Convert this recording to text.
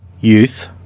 Youth